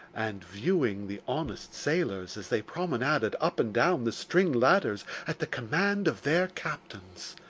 and viewing the honest sailors as they promenaded up and down the string-ladders at the command of their captains,